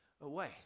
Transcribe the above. away